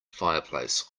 fireplace